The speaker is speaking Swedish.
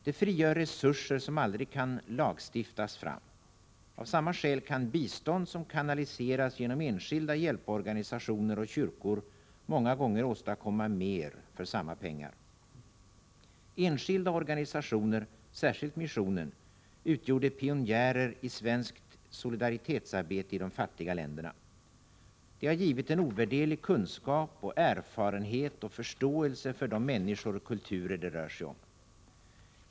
Det frigör resurser som aldrig kan lagstiftas fram. Av samma skäl kan bistånd som kanaliseras genom enskilda hjälporganisationer och kyrkor många gånger åstadkomma mer för samma pengar. Enskilda organisationer, särskilt missionen, utgjorde pionjärer i svenskt solidaritetsarbete i de fattiga länderna. Det har givit en ovärderlig kunskap och erfarenhet och förståelse för de människor och de kulturer det rör sig om.